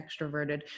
extroverted